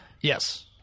yes